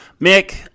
Mick